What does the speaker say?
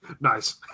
nice